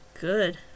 good